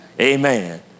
Amen